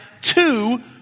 two